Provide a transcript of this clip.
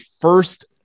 first